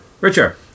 Richard